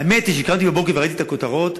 האמת היא שכשקראתי בבוקר וראיתי את הכותרות,